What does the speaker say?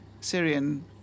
Syrian